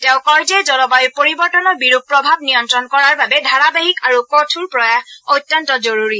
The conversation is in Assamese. তেওঁ কয় যে জলবায়ু পৰিৱৰ্তনৰ বিৰূপ প্ৰভাৱ নিয়ন্ত্ৰণ কৰাৰ বাবে ধাৰাবাহিক আৰু কঠোৰ প্ৰয়াস অত্যন্ত জৰুৰী